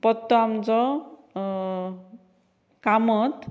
पत्तो आमचो कामत